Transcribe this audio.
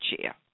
chair